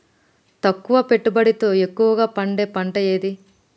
తక్కువ పెట్టుబడితో ఎక్కువగా పండే పంట ఏది?